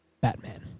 Batman